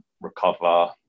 recover